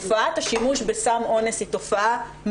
תופעת השימוש בסם אונס היא תופעה,